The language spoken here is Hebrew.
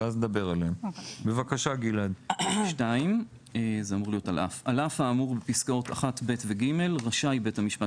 על אף האמורה בפסקאות 1(ב) ו-(ג) רשאי בית המשפט